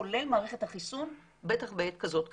כולל מערכת החיסון בטח בעת כזאת קריטית.